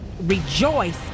rejoice